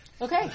Okay